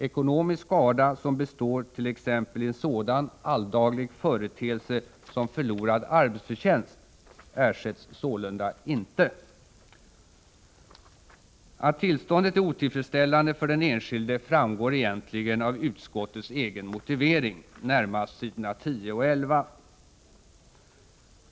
Ekonomisk skada som består t.ex. i en sådan alldaglig företeelse som förlorad arbetsförtjänst ersätts sålunda icke. Att tillståndet är otillfredsställande för den enskilde framgår egentligen av utskottets egen motivering, närmast s. 10 och 11.